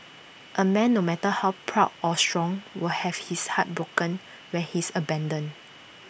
A man no matter how proud or strong will have his heart broken when he is abandoned